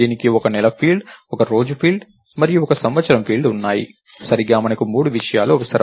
దీనికి ఒక నెల ఫీల్డ్ ఒక రోజు ఫీల్డ్ మరియు ఒక సంవత్సరం ఫీల్డ్ ఉన్నాయి సరిగ్గా మనకు మూడు విషయాలు అవసరం